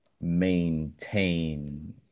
maintain